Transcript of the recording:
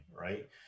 right